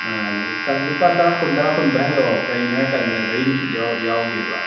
ꯂꯨꯄꯥ ꯇꯥꯔꯥ ꯀꯨꯟ ꯇꯥꯔꯥ ꯀꯨꯟ ꯄꯥꯏꯍꯟꯂꯛꯑꯣ ꯀꯩꯒꯤꯅꯣ ꯍꯥꯏꯔ ꯀꯥꯟꯗ ꯒꯥꯔꯤ ꯅꯨꯡꯁꯤꯠ ꯌꯥꯎꯗꯦꯕ